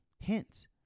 hence